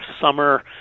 summer